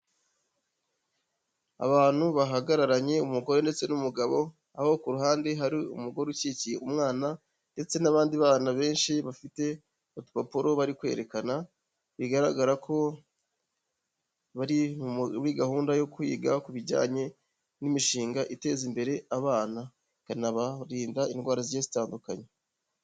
Abantu bahagararanye umugore ndetse n'umugabo, aho ku ruhande hari umugore ukikiye umwana ndetse n'abandi bana benshi bafite utupaporo bari kwerekana, bigaragara ko bari muri gahunda yo kwiga ku bijyanye n'imishinga iteza imbere abana, ikanabarinda indwara zigiye zitandukanye.